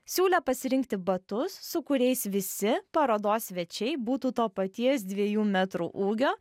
siūlė pasirinkti batus su kuriais visi parodos svečiai būtų to paties dviejų metrų ūgio